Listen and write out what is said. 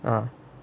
ah